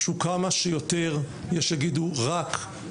שהוא כמה שיותר חינם,